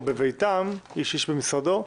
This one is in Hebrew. בביתם או איש איש במשרדו,